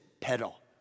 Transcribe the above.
pedal